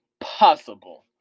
possible